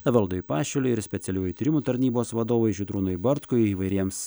evaldui pašiliui ir specialiųjų tyrimų tarnybos vadovui žydrūnui bartkui įvairiems